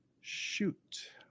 shoot